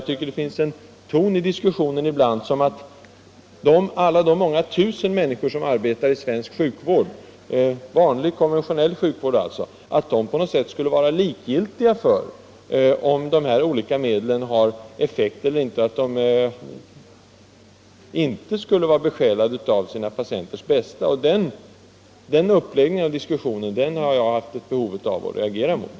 Ibland finns i diskussionen en ton av att de många tusen människor som arbetar i vanlig svensk konventionell sjukvård inte skulle vara besjälade av sina patienters bästa utan på något sätt likgiltiga för om dessa olika medel har effekt eller inte. Den uppläggningen av diskussionen har jag känt ett behov av att reagera mot.